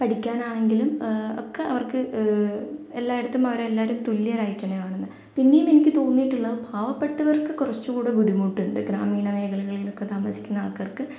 പഠിക്കാനാണെങ്കിലും ഒക്കെ അവർക്ക് എല്ലായിടത്തും അവരെല്ലാവരും തുല്യരായിട്ടെന്നാണ് കാണുന്നത് പിന്നെയും എനിക്ക് തോന്നിട്ടുള്ളത് പാവപ്പെട്ടവർക്ക് കുറച്ചുകൂടെ ബുദ്ധിമുട്ടുണ്ട് ഗ്രാമീണ മേഖലകളിലൊക്കെ താമസിക്കുന്ന ആൾക്കാർക്ക്